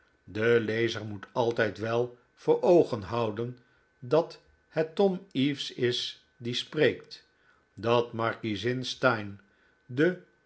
de lezer moet altijd wel voor oogen houden dat het tom eaves is die spreekt dat markiezin steyne de